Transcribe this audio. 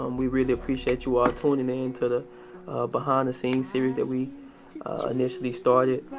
we really appreciate you all tuning in to the behind the scenes series that we initially started.